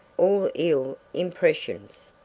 all ill impressions.